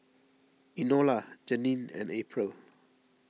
Enola Janeen and April